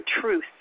truth